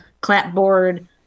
clapboard